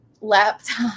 laptop